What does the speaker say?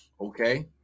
Okay